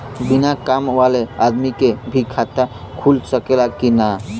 बिना काम वाले आदमी के भी खाता खुल सकेला की ना?